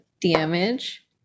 damage